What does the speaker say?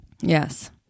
Yes